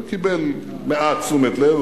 זה קיבל מעט תשומת לב,